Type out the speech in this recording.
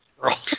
girl